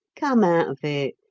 come out of it.